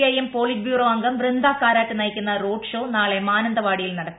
I M politburo അംഗം വൃന്ദാ കാരാട്ട് നയിക്കുന്ന road show നാളെ മാനന്തവാടിയിൽ നടക്കും